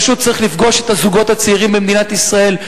פשוט צריך לפגוש את הזוגות הצעירים במדינת ישראל.